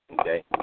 okay